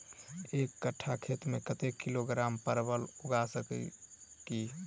एक कट्ठा खेत मे कत्ते किलोग्राम परवल उगा सकय की??